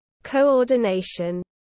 coordination